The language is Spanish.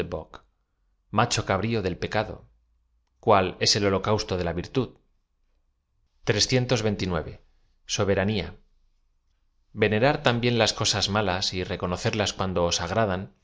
del pecado cuando es ei holocausto de la virtud soberanía venerar también las cosas malas j reconocerlas cuando oa agradan